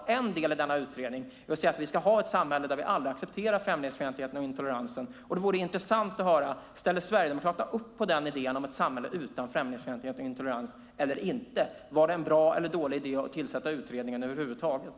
En del i denna utredning är att vi ska ha ett samhälle där vi aldrig accepterar främlingsfientligheten och intoleransen. Det vore intressant att höra om Sverigedemokraterna ställer upp på idén om ett samhälle utan främlingsfientlighet och intolerans eller inte. Var det en bra eller dålig idé att tillsätta utredningen över huvud taget?